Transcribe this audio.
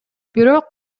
бирок